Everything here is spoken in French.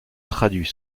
traduit